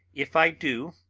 if i do,